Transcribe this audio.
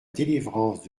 délivrance